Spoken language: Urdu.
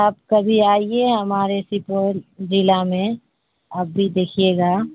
آپ کبھی آئیے ہمارے سپول ضلع میں آپ بھی دیکھیے گا